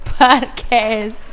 podcast